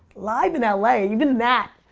live in ah la, even that,